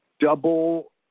double